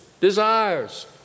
desires